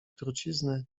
trucizny